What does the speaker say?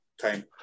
time